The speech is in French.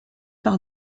par